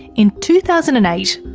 in two thousand and eight,